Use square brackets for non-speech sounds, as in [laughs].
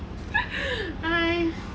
[laughs] !hais!